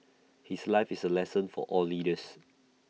his life is A lesson for all leaders